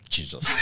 Jesus